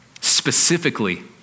specifically